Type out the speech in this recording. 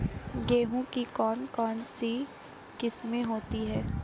गेहूँ की कौन कौनसी किस्में होती है?